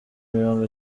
mirongo